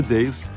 Days